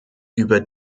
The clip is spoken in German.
über